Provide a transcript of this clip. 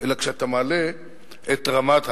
אלא כשאתה מעלה את רמת הלימודים.